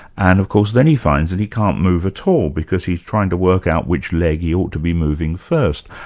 and of course then he finds that he can't move at all because he's trying to work out which leg he ought to be moving first,